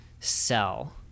sell